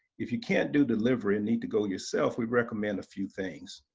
if you can't do delivery and need to go yourself, we recommend a few things.